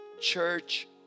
church